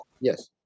yes